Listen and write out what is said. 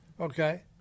Okay